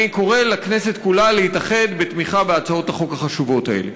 אני קורא לכנסת כולה להתאחד בתמיכה בהצעות החוק החשובות האלה.